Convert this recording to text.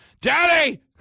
Daddy